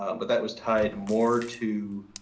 but that was tied more to